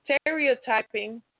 stereotyping